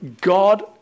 God